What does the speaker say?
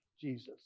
Jesus